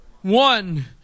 one